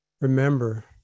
Remember